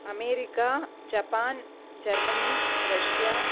America Japan Germany Russia